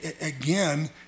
again